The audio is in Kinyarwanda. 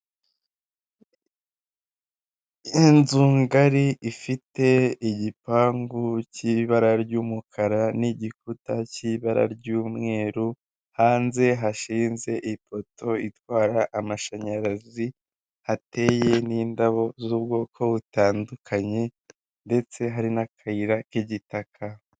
Inzu ngari ifite igipangu cy'ibara ry'umukara n'igikuta cy'ibara ry'umweru, hanze hashinze ipoto itwara amashanyarazi, hateye n'indabo z'ubwoko butandukanye ndetse hari n'akayira k'igitaka.